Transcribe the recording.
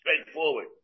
Straightforward